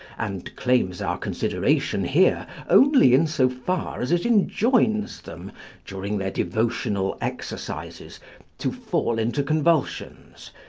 and claims our consideration here only in so far as it enjoins them during their devotional exercises to fall into convulsions,